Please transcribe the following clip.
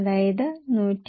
അതായത് 1